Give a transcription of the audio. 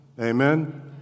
Amen